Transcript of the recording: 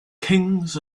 kings